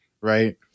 right